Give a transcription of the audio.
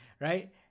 Right